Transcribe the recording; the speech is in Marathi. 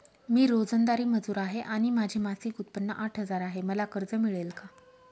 मी रोजंदारी मजूर आहे आणि माझे मासिक उत्त्पन्न आठ हजार आहे, मला कर्ज मिळेल का?